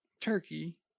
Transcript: turkey